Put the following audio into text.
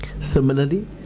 similarly